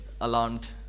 alarmed